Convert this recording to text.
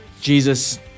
Jesus